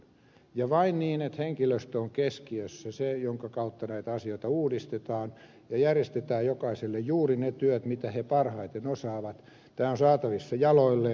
ja vain niin että keskiössä on henkilöstö jonka kautta näitä asioita uudistetaan ja järjestetään jokaiselle juuri ne työt jotka he parhaiten osaavat tämä on saatavissa jaloilleen